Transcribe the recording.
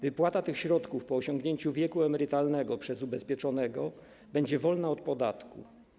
Wypłata tych środków po osiągnięciu wieku emerytalnego przez ubezpieczonego będzie wolna od podatku.